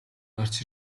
гарч